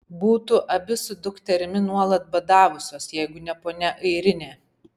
būtų abi su dukterimi nuolat badavusios jeigu ne ponia airinė